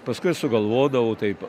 paskui sugalvodavau taip